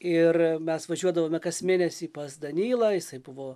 ir mes važiuodavome kas mėnesį pas danylą jisai buvo